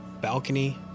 balcony